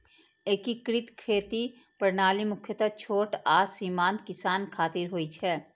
एकीकृत खेती प्रणाली मुख्यतः छोट आ सीमांत किसान खातिर होइ छै